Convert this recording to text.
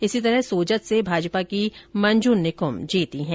इसी तरह सोजत से भाजपा की मंजू निकृम जीती है